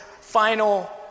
final